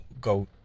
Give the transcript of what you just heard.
go